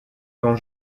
quand